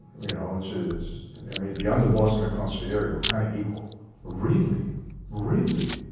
you know it's it's i mean the underboss in the country area. we're kind of equal really really